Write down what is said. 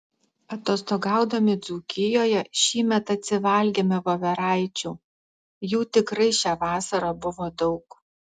atostogaudami dzūkijoje šįmet atsivalgėme voveraičių jų tikrai šią vasarą buvo daug